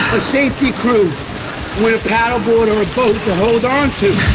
safety crew with a paddle board or a boat to hold onto.